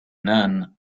none